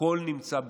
הכול נמצא בפנים.